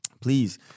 please